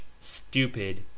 stupid